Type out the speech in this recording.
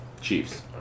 Chiefs